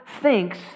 thinks